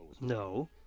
No